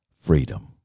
freedom